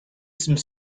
some